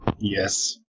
Yes